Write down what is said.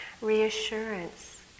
reassurance